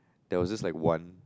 there was this like one